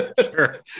Sure